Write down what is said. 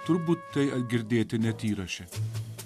turbūt tai girdėti net įraše